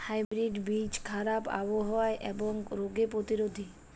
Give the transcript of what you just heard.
hybrid বীজ খারাপ আবহাওয়া এবং রোগে প্রতিরোধী